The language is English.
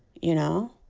you know?